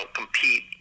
compete